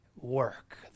Work